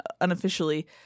unofficially